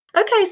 Okay